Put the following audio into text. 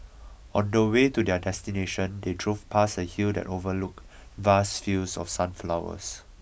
on the way to their destination they drove past a hill that overlooked vast fields of sunflowers